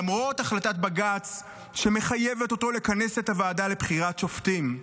למרות החלטת בג"ץ שמחייבת אותו לכנס את הוועדה לבחירת שופטים.